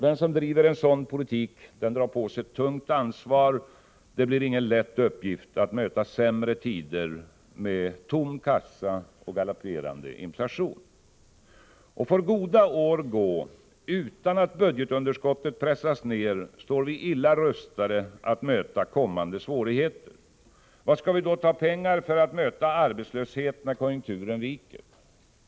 Den som driver en sådan politik drar på sig ett tungt ansvar. Det blir ingen lätt uppgift att möta sämre tider med tom kassa och galopperande inflation. Får goda år gå utan att budgetunderskottet pressas ned står vi illa rustade att möta kommande svårigheter. Var skall vi då ta pengar för att möta arbetslöshet när konjunkturen viker?